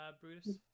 Brutus